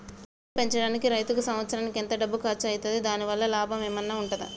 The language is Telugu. ఆవును పెంచడానికి రైతుకు సంవత్సరానికి ఎంత డబ్బు ఖర్చు అయితది? దాని వల్ల లాభం ఏమన్నా ఉంటుందా?